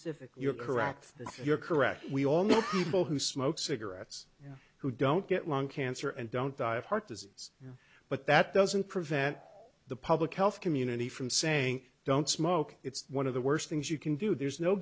specific you're correct that you're correct we all know people who smoke cigarettes you know who don't get lung cancer and don't die of heart disease but that doesn't prevent the public health community from saying don't smoke it's one of the worst things you can do there's no